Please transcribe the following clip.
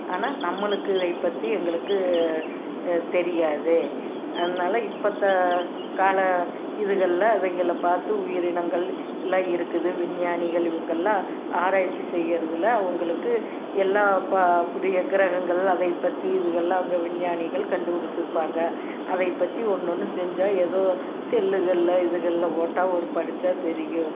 ஆனால் நம்மளுக்கு இதைப்பற்றி எங்களுக்கு தெரியாது அதனால இப்போத்த கால இதுகளில் அதுகளை பார்த்து உயிரினங்கள் எல்லாம் இருக்குது விஞ்ஞானிகள் இவங்கெல்லாம் ஆராய்ச்சி செய்யறதில் அவங்களுக்கு எல்லா பா புதிய கிரகங்கள் அதைப்பற்றி இதுகெல்லாம் அவங்க விஞ்ஞானிகள் கண்டுபிடிச்சிருப்பாங்க அதைப்பற்றி ஒன்று ஒன்று செஞ்சால் எதோ செல்லுகளில் இதுகளில் போட்டால் ஒரு படிச்சால் தெரியும்